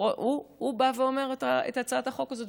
הוא מביא את הצעת החוק הזאת,